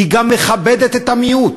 היא גם מכבדת את המיעוט.